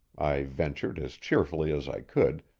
i ventured as cheerfully as i could,